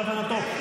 להבנתו,